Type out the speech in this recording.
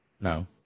No